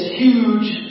huge